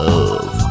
Love